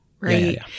Right